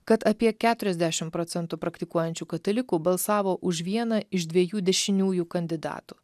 kad apie keturiasdešim procentų praktikuojančių katalikų balsavo už vieną iš dviejų dešiniųjų kandidatų